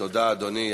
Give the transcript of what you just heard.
תודה, אדוני.